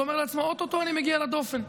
הוא אומר לעצמו: או-טו-טו אני מגיע לדופן.